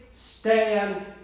stand